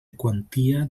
quantia